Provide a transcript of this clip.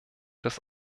des